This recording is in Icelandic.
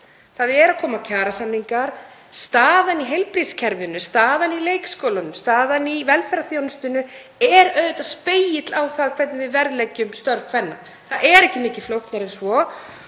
Það eru að koma kjarasamningar. Staðan í heilbrigðiskerfinu, staðan í leikskólanum, staðan í velferðarþjónustunni er auðvitað spegill á það hvernig við verðleggjum störf kvenna. Það er ekki mikið flóknara en svo.